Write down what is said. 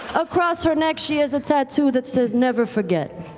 across her neck she has a tattoo that says never forget.